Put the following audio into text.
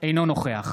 אינו נוכח